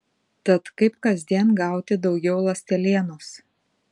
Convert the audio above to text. tad kaip kasdien gauti daugiau ląstelienos